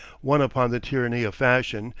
one upon the tyranny of fashion,